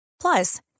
Plus